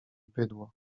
bydło